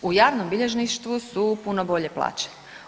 U javnom bilježništvu su puno bolje plaće.